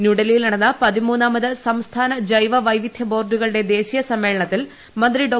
ന്യൂഡൽഹിയിൽ നടന്നുടിട്ടാർമത് സംസ്ഥാന ജൈവവൈവിദ്ധ്യ ബോർഡുകളുടെ ദേശീയ സമ്മേളനത്തിൽ മന്ത്രി ഡോ